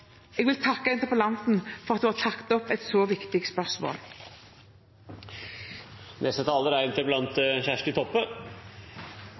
Jeg vil takke interpellanten for at hun har tatt opp et så viktig spørsmål.